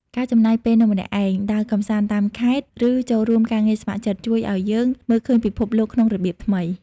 ការចំណាយពេលនៅម្នាក់ឯង ដើរកម្សាន្តតាមខេត្ត ឬចូលរួមការងារស្ម័គ្រចិត្ត ជួយឱ្យយើងមើលឃើញពិភពលោកក្នុងរបៀបថ្មី។